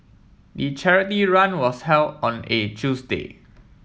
the charity run was held on a Tuesday